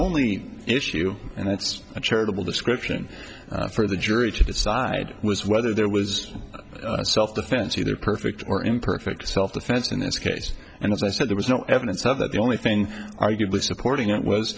only issue and it's a charitable description for the jury to decide was whether there was self defense either perfect or imperfect self defense in this case and as i said there was no evidence of that the only thing arguably supporting it was